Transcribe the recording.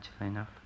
enough